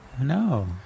No